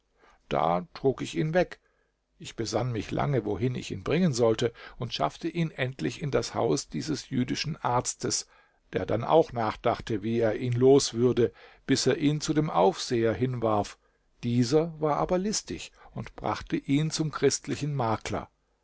da trug ich ihn weg ich besann mich lange wohin ich ihn bringen sollte und schaffte ihn endlich in das haus dieses jüdischen arztes der dann auch nachdachte wie er ihn los würde bis er ihn zu dem aufseher hinwarf dieser war aber listig und brachte ihn zum christlichen makler